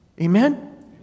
Amen